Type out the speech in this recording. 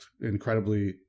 incredibly